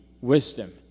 wisdom